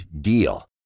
DEAL